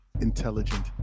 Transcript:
intelligent